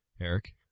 Eric